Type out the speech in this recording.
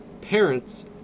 parents